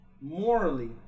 morally